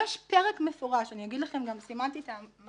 יש פרק מפורש, אני אגיד לכם, גם סימנתי את מראה